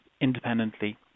independently